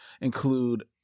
include